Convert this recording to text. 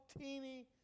teeny